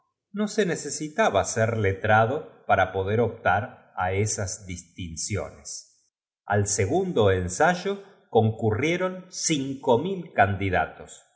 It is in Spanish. no se años de edad necesitaba ser letrado para poder optar á la promesa de semejante recompensa esas distinciones conmovió á toda alemania llegaron al segundo ensayo concurrieron cinco candidatos